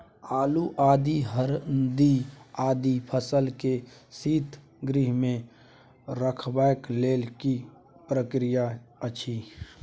आलू, आदि, हरदी आदि फसल के शीतगृह मे रखबाक लेल की प्रक्रिया अछि?